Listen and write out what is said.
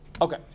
Okay